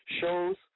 shows